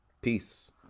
peace